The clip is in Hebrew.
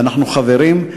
ואנחנו חברים.